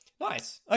nice